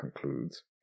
concludes